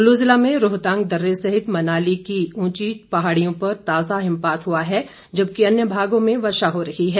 कल्लू जिला में रोहतांग दर्रे सहित मनाली की ऊंची पहाड़ियों पर ताजा हिमपात हुआ है जबकि अन्य भागों में वर्षा हो रही है